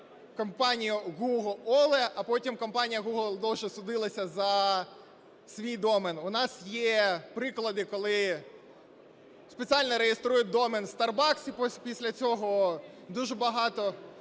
компанію Go Ogle, а потім компанія Google довше судилася за свій домен. У нас є приклади, коли спеціально реєструють домен Starbucks і після цього дуже багато